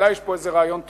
אולי יש פה איזה רעיון טוב,